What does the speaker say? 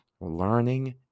learning